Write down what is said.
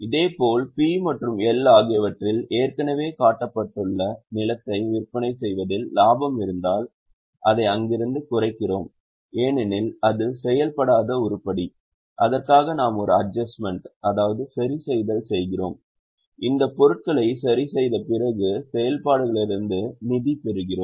இதேபோல் P மற்றும் L ஆகியவற்றில் ஏற்கனவே காட்டப்பட்டுள்ள நிலத்தை விற்பனை செய்வதில் லாபம் இருந்தால் அதை அங்கிருந்து குறைக்கிறோம் ஏனெனில் அது செயல்படாத உருப்படி அதற்காக நாம் ஒரு அட்ஜஸ்ட்மென்ட் சரிசெய்தல் செய்கிறோம் இந்த பொருட்களை சரிசெய்த பிறகு செயல்பாடுகளிலிருந்து நிதி பெறுகிறோம்